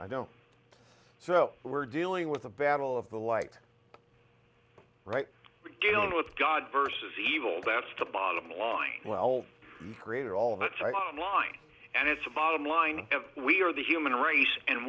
i know so we're dealing with a battle of the like right regaled with god versus evil that's the bottom line well great are all that site online and it's a bottom line we are the human race and